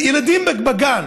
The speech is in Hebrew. ילדים בגן,